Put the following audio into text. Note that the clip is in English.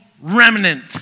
remnant